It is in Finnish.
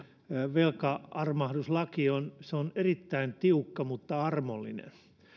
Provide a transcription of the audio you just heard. velka armahduslaki on erittäin tiukka mutta armollinen